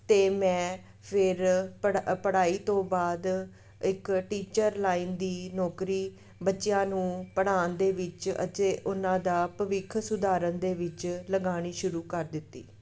ਅਤੇ ਮੈਂ ਫਿਰ ਪੜ੍ਹਾ ਪੜ੍ਹਾਈ ਤੋਂ ਬਾਅਦ ਇੱਕ ਟੀਚਰ ਲਾਈਨ ਦੀ ਨੌਕਰੀ ਬੱਚਿਆਂ ਨੂੰ ਪੜ੍ਹਾਉਣ ਦੇ ਵਿੱਚ ਅਤੇ ਉਹਨਾਂ ਦਾ ਭਵਿੱਖ ਸੁਧਾਰਨ ਦੇ ਵਿੱਚ ਲਗਾਉਣੀ ਸ਼ੁਰੂ ਕਰ ਦਿੱਤੀ